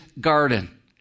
garden